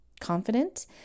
confident